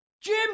Jim